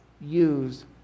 use